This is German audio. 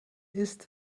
ist